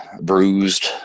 bruised